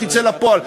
תצא לפועל.